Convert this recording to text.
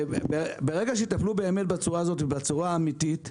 ברגע שיטפלו באמת בצורה הזאת ובצורה האמיתית,